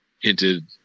hinted